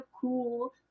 Cool